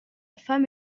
femme